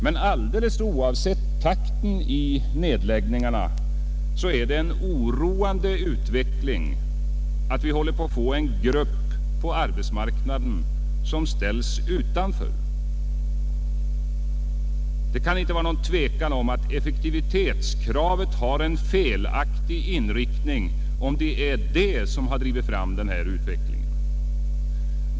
Men alldeles oavsett takten i nedläggningarna är det en oroande utveckling att vi håller på att få en grupp på arbetsmarknaden som ställs utanför. Det kan inte vara någon tvekan om att effektivitetskravet har en felaktig inriktning om detta har drivit fram denna utveckling.